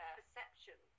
perception